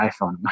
iPhone